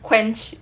quench